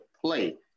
play